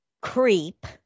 creep